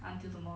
until tomorrow